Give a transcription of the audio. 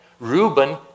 Reuben